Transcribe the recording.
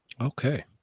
okay